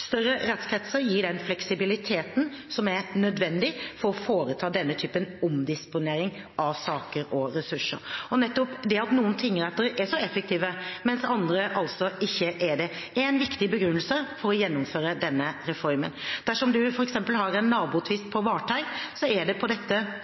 Større rettskretser gir den fleksibiliteten som er nødvendig for å foreta denne typen omdisponering av saker og ressurser. Nettopp det at noen tingretter er så effektive mens andre altså ikke er det, er en viktig begrunnelse for å gjennomføre denne reformen. Dersom du f.eks. har en nabotvist på Varteig, og det på dette